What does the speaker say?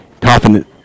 confident